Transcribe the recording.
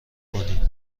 کنین